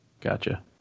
gotcha